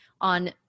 on